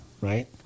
Right